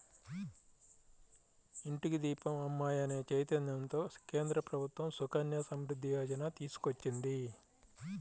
ఇంటికి దీపం అమ్మాయి అనే చైతన్యంతో కేంద్ర ప్రభుత్వం సుకన్య సమృద్ధి యోజన తీసుకొచ్చింది